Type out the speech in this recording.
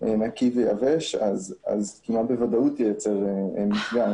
נקי ויבש, אז כמעט בוודאות ייצר מפגע.